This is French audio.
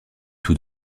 tous